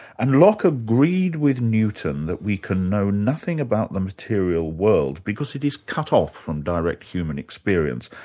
and locke agreed with newton that we can know nothing about the material world because it is cut off from direct human experience.